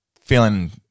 feeling